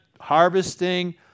harvesting